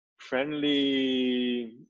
Friendly